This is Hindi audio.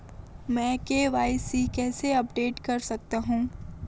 मैं के.वाई.सी कैसे अपडेट कर सकता हूं?